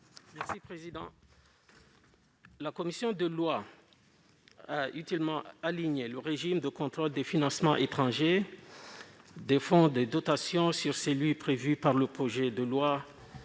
Hassani. La commission des lois a utilement aligné le régime de contrôle des financements étrangers des fonds de dotation sur celui qui est prévu par le projet de loi